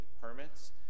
permits